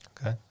Okay